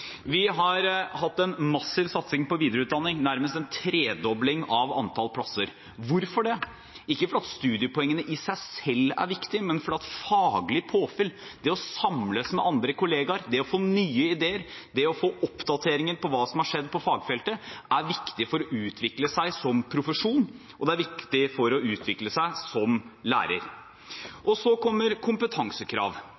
Vi har hatt en massiv satsing på videreutdanning, nærmest en tredobling av antall plasser – hvorfor? Det er ikke fordi studiepoengene i seg selv er viktige, men fordi faglig påfyll, det å samles med andre kollegaer, det å få nye ideer og det å få oppdateringer om hva som har skjedd på fagfeltet, er viktig for å utvikle seg i profesjonen, og det er viktig for å utvikle seg som lærer. Så kommer kompetansekrav,